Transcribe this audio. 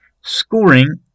scoring